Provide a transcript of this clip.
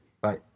Bye